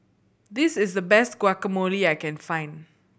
this is the best Guacamole I can find